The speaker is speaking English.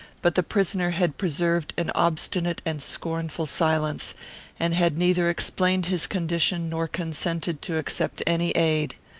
but the prisoner had preserved an obstinate and scornful silence and had neither explained his condition, nor consented to accept any aid.